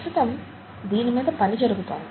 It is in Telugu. ప్రస్తుతం దీని మీద పని జరుగుతోంది